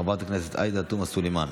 חברת הכנסת עאידה תומא סלימאן.